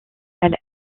elle